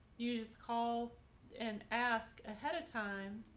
you just call and ask ahead of time.